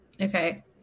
Okay